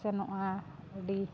ᱥᱮᱱᱚᱜᱼᱟ ᱟᱹᱰᱤ